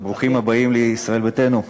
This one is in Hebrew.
ברוכים הבאים לישראל ביתנו.